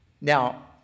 Now